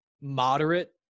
moderate